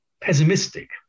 pessimistic